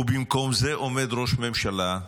ובמקום זה עומד ראש הממשלה,